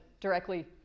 directly